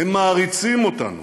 הם מעריצים אותנו,